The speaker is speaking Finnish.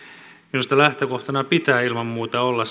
minusta lähtökohtana pitää ilman muuta olla